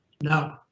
No